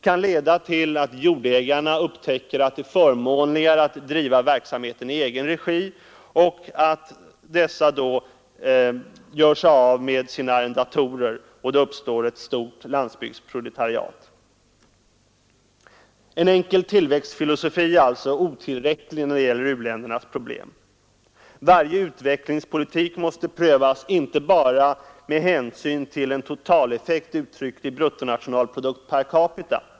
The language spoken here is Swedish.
— kan leda till att jordägarna upptäcker att det är förmånligare att driva verksamheten i egen regi och till att jordägarna då gör sig av med sina arrendatorer. Då uppstår ett stort landsbygdsproletariat. En enkel tillväxtfilosofi är alltså otillräcklig när det gäller u-ländernas problem. Varje utvecklingspolitik måste prövas inte bara med hänsyn till en totaleffekt uttryckt i BNP per capita.